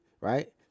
right